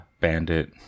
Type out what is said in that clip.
bandit